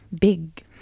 big